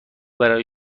برای